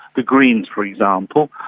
the greens for example.